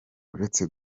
uretse